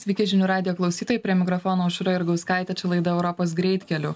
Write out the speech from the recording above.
sveiki žinių radijo klausytojai prie mikrofono aušra jurgauskaitė čia laida europos greitkeliu